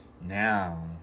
now